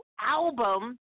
album